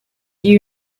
you